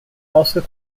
also